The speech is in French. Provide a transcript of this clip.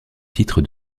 titre